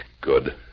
Good